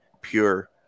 pure